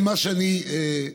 לכן, מה שאני, שוב,